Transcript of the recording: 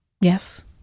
Yes